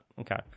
okay